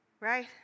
Right